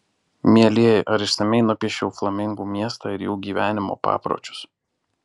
mielieji ar išsamiai nupiešiau flamingų miestą ir jų gyvenimo papročius